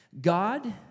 God